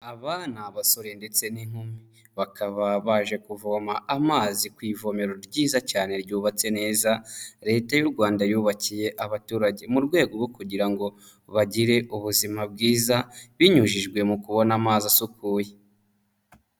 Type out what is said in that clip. Aba ni abasore ndetse n'inkumi, bakaba baje kuvoma amazi ku ivomero ryiza cyane ryubatse neza Leta y'u Rwanda yubakiye abaturage, mu rwego rwo kugira ngo bagire ubuzima bwiza binyujijwe mu kubona amazi asukuye.